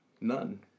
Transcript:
none